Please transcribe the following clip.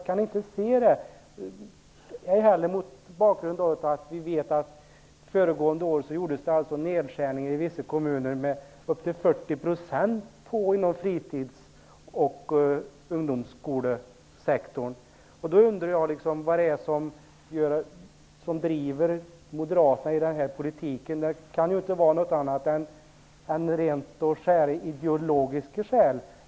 Vi vet också att det under föregående år gjordes nedskärningar i vissa kommuner med upp till 40 % inom fritids och ungdomsskolesektorn. Jag undrar vad som driver Moderaterna att föra den här politiken. Det kan inte vara något annat än rent ideologiska skäl.